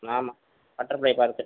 ஆமாம் butterfly park